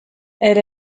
elle